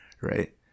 right